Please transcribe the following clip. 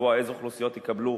לקבוע אילו אוכלוסיות יקבלו,